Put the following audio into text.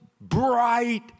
bright